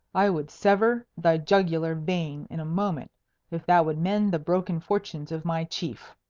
i would sever thy jugular vein in a moment if that would mend the broken fortunes of my chief.